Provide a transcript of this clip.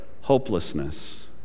hopelessness